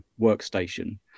workstation